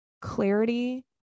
Clarity